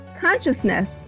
consciousness